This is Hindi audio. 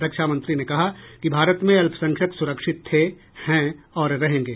रक्षामंत्री ने कहा कि भारत में अल्पसंख्यक सुरक्षित थे हैं और रहेंगे